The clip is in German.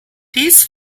dies